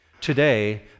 Today